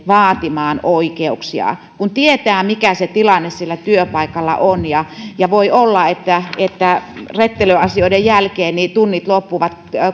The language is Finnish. vaatimaan oikeuksiaan kun tietää mikä se tilanne siellä työpaikalla on ja kun voi olla että että rettelöasioiden jälkeen tunnit loppuvat